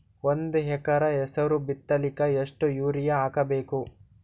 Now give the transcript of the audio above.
ಒಂದ್ ಎಕರ ಹೆಸರು ಬಿತ್ತಲಿಕ ಎಷ್ಟು ಯೂರಿಯ ಹಾಕಬೇಕು?